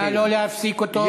נא לא להפסיק אותו.